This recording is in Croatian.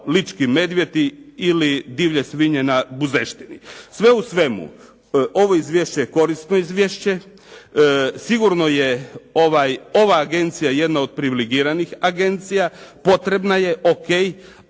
lički medvjedi ili divlje svinje na buzeštini. Sve u svemu, ovo izvješće je korisno izvješće, sigurno je ova agencija jedna od privilegiranih agencija, potrebna je ok